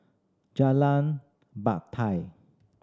Jalan Batai